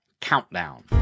countdown